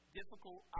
difficult